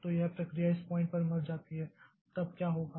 तो यह प्रक्रिया इस पॉइंट पर मर जाती है तब क्या होगा